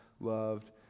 loved